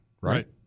right